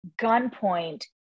gunpoint